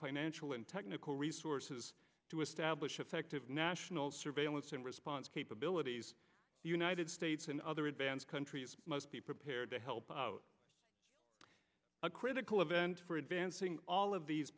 financial and technical resources to establish effective national surveillance and response capabilities the united states and other advanced countries must be prepared to help out a critical event for advancing all of these